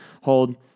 hold